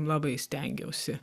labai stengiausi